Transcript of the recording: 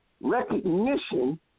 recognition